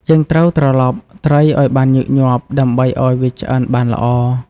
យើងត្រូវត្រឡប់ត្រីឲ្យបានញឹកញាប់ ដើម្បីឲ្យវាឆ្អិនបានល្អ។